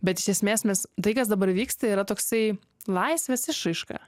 bet iš esmės mes tai kas dabar vyksta yra toksai laisvės išraiška